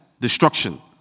destruction